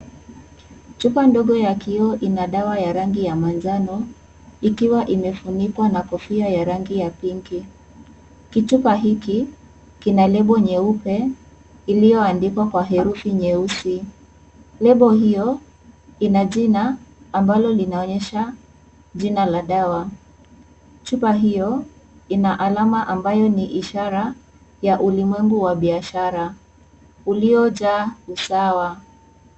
Chupa ndogo ya kioo ina dawa ya rangi ya manjano, ikiwa imefunikwa na kofia ya rangi ya pinki . Kichupa hiki, kina lebo nyeupe, iliyoandikwa kwa herufi nyeusi. Lebo hiyo, ina jina ambalo linaonyesha jina la dawa. Chupa hiyo, ina alama ambayo ni ishara ya ulimwengu wa biashara uliojaa usawa.